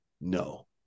no